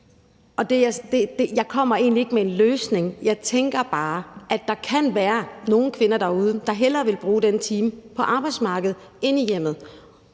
jeg kommer egentlig ikke med en løsning. Jeg tænker bare, at der kan være nogle kvinder derude, der hellere vil bruge den time på arbejdsmarkedet end i hjemmet.